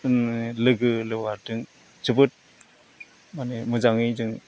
जोङो लोगो लेवाजों जोबोद माने मोजाङै जों